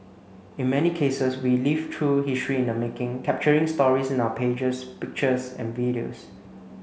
in many cases we live through history in the making capturing stories in our pages pictures and videos